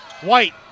White